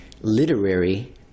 literary